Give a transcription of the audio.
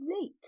Lake